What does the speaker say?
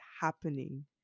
happening